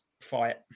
fight